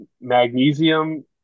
magnesium